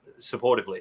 supportively